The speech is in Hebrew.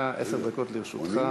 בבקשה, עשר דקות לרשותך.